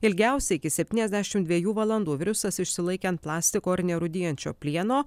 ilgiausiai iki septyniasdešim dvejų valandų virusas išsilaikė ant plastiko ir nerūdijančio plieno